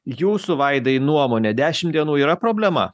jūsų vaidai nuomonė dešimt dienų yra problema